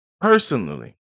personally